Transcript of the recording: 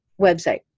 website